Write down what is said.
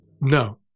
No